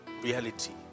reality